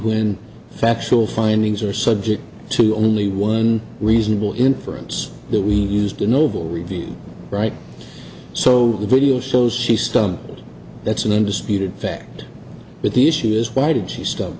when factual findings are subject to only one reasonable inference that we used a noble review right so the video shows she stumbles that's an indisputable fact but the issue is why did she stu